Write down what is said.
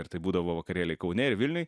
ir tai būdavo vakarėliai kaune ir vilniuj